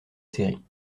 série